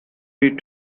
need